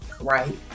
Right